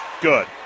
good